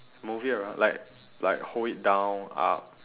move it around like like hold it down up